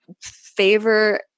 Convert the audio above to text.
favor